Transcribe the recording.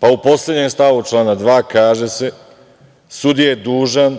Pa u poslednjem stavu člana 2. kaže se – sudija je dužan